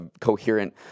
coherent